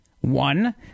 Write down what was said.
One